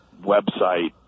website